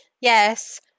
yes